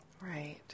Right